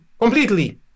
completely